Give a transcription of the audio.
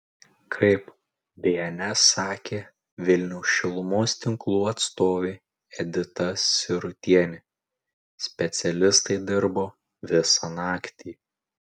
kaip bns sakė vilniaus šilumos tinklų atstovė edita sirutienė specialistai dirbo visą naktį